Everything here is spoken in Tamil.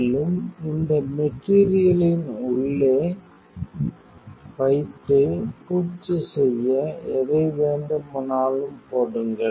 மேலும் இந்த மெட்டீரியலின் உள்ளே வைத்து பூச்சு செய்ய எதை வேண்டுமானாலும் போடுங்கள்